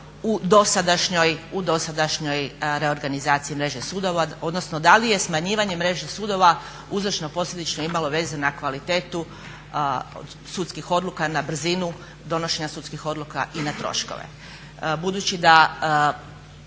u dosadašnjoj reorganizaciji mreže sudova? Odnosno da li je smanjivanje mreže sudova uzročno posljedično imalo veze na kvalitetu sudskih odluka, na brzinu donošenja sudskih odluka i na troškove.